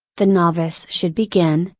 the novice should begin,